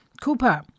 Cooper